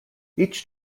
each